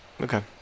Okay